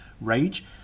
rage